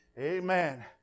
Amen